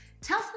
Tell